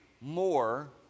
more